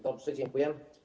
Dobrze, dziękuję.